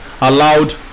allowed